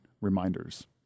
reminders